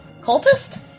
cultist